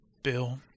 Bill